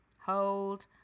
Hold